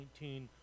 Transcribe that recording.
19